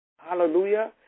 Hallelujah